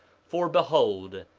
for behold,